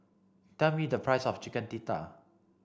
tell me the price of Chicken Tikka